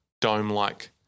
dome-like